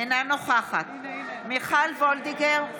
נגד מיכל וולדיגר,